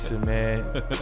man